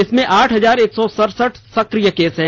इसमें आठ हजार एक सौ सरसठ सक्रिय केस है